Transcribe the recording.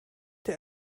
der